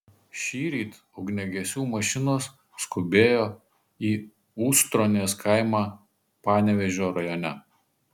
šįryt ugniagesių mašinos skubėjo į ustronės kaimą panevėžio rajone